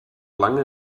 lange